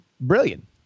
brilliant